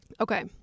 Okay